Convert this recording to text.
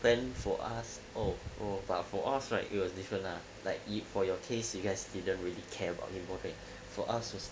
then for us oh oh but for us right it was different lah like for your case you guys didn't really care about for us